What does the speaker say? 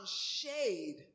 shade